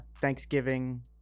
thanksgiving